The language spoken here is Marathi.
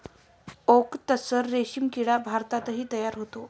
ओक तस्सर रेशीम किडा भारतातही तयार होतो